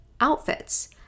outfits